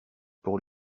pour